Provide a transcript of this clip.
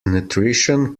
nutrition